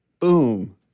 Boom